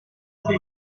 dice